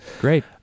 Great